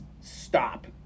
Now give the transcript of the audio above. stop